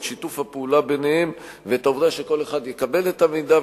את שיתוף הפעולה ביניהם ואת זה שכל אחד יקבל את המידע,